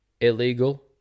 illegal